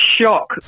shock